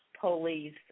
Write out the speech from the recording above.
police